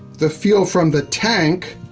the fuel from the tank,